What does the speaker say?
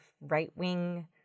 right-wing